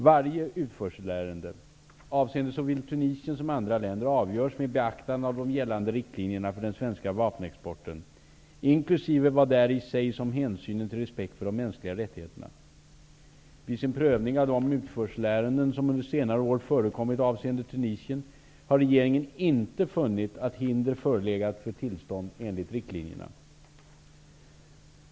Varje utförselärende, avseende såväl Tunisien som andra länder, avgörs med beaktande av de gällande riktlinjerna för den svenska vapenexporten, inkl. vad däri sägs om hänsynen till respekt för de mänskliga rättigheterna. Vid sin prövning av de utförselärenden som under senare år förekommit avseende Tunisien har regeringen inte funnit att hinder förelegat för tillstånd enligt riktlinjerna.